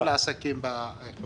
אני יוצא.